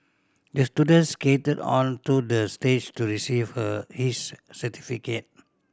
the student skated onto the stage to receive her his certificate